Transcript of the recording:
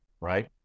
Right